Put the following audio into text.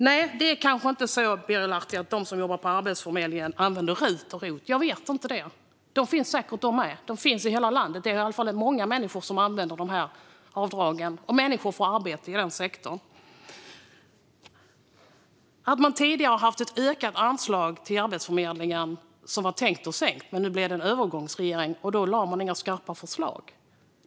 Nej, Birger Lahti, de som jobbar på Arbetsförmedlingen använder kanske inte RUT eller ROT. Jag vet inte. De finns säkert där, de också. I alla fall är det många människor i hela landet som använder dessa avdrag, och människor får arbete i den sektorn. Tidigare hade man ett ökat anslag till Arbetsförmedlingen, och det anslaget hade man sedan tänkt sänka. Men nu blev det en övergångsregering, och därför har det inte lagts fram några skarpa förslag.